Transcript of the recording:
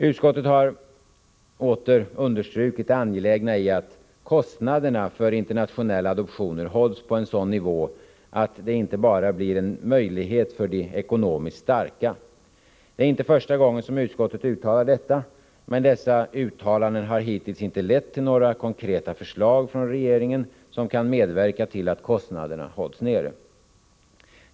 Utskottet har åter understrukit det angelägna i att kostnaderna för internationella adoptioner hålls på en sådan nivå att en adoption inte blir en möjlighet bara för de ekonomiskt starka. Det är inte första gången som utskottet uttalar detta, men uttalandena har hittills inte lett till några konkreta förslag från regeringen som kan medverka till att kostnaderna hålls nere.